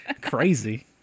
crazy